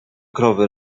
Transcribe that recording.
krowy